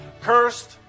cursed